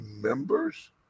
members